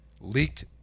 leaked